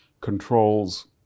controls